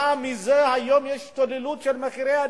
בגלל זה יש היום השתוללות של מחירי הדיור.